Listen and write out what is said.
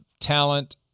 talent